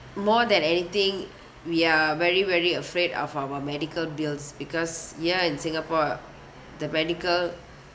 more than anything we are very very afraid of our medical bills because ya in singapore the medical